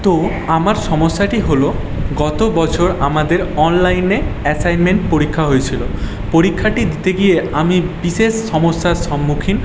তো আমার সমস্যাটি হলো গত বছর আমাদের অনলাইনে অ্যাসাইনমেন্ট পরীক্ষা হয়েছিল পরীক্ষাটি দিতে গিয়ে আমি বিশেষ সমস্যার সম্মুখীন